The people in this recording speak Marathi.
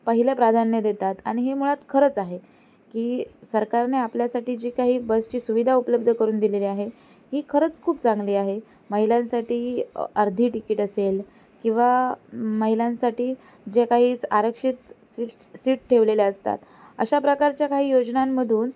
पहिलं प्राधान्य देतात आणि हे मुळात खरंच आहे की सरकारने आपल्यासाठी जी काही बसची सुविधा उपलब्ध करून दिलेली आहे ही खरंच खूप चांगली आहे महिलांसाठी अर्धी टिकीट असेल किंवा महिलांसाठी जे काही स् आरक्षित सीश्ट सीट ठेवलेल्या असतात अशा प्रकारच्या काही योजनांमधून